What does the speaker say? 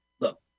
look